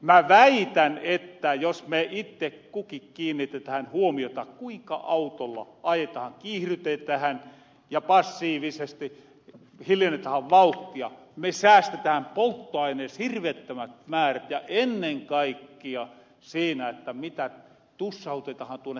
mä väitän että jos me itte kuki kiinnitetähän huomiota kuinka autolla ajetahan kiihrytetähän ja passiivisesti hiljennetähän vauhtia me säästetähän polttoaineis hirvittävät määrät ja ennen kaikkia siinä mitä tussautetahan tuonne taivahalle